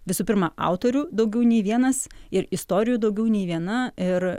visų pirma autorių daugiau nei vienas ir istorijų daugiau nei viena ir